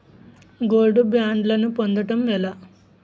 Gold బ్యాండ్లను పొందటం ఎలా?